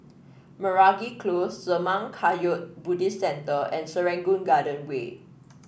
Meragi Close Zurmang Kagyud Buddhist Centre and Serangoon Garden Way